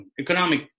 economic